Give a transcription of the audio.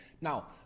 Now